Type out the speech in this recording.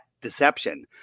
deception